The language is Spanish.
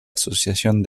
asociación